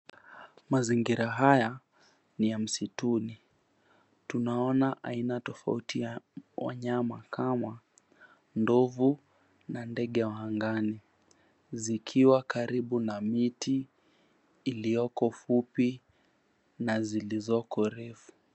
Mazingira haya ni ya msituni. Tunaona aina tofauti ya wanyama kama ndovu na ndege wa angani zikiwa karibu na miti iliyoko fupi na zilizoko refu.